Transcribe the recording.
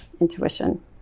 intuition